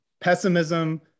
pessimism